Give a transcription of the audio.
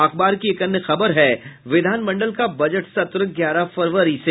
अखबार की एक अन्य खबर है विधान मंडल का बजट सत्र ग्यारह फरवरी से